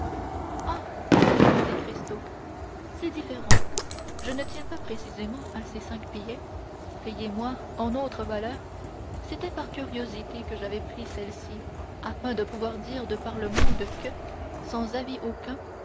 ah dit monte cristo c'est différent je ne tiens pas précisément à ces cinq billets payez-moi en autres valeurs c'était par curiosité que j'avais pris celles-ci afin de pouvoir dire de par le monde que sans avis aucun